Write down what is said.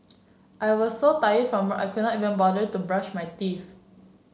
I was so tired from I could not even bother to brush my teeth